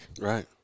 right